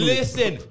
Listen